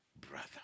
brother